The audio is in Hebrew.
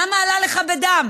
למה עלה לך בדם?